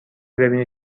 ببینی